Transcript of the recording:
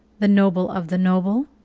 the noble of the noble?